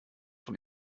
von